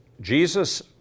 Jesus